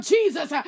Jesus